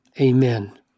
Amen